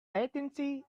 latency